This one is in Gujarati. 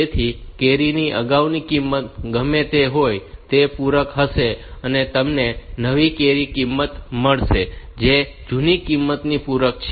તેથી કેરી ની અગાઉની કિંમત ગમે તે હોય તે પૂરક હશે અને તમને નવી કેરી કિંમત મળશે જે જૂની કિંમતનું પૂરક છે